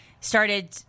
started